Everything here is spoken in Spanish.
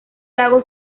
lago